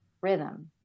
rhythm